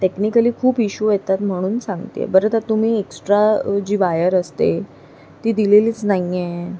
technically खूप issue येतात म्हणून सांगते आहे बरं आता तुम्ही एक्स्ट्रा जी वायर असते ती दिलेलीच नाही आहे